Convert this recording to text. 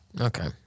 Okay